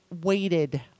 waited